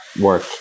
work